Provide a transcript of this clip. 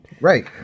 Right